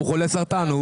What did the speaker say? הוא חולה סרטן.